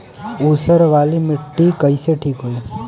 ऊसर वाली मिट्टी कईसे ठीक होई?